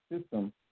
system